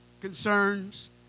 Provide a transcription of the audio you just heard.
Concerns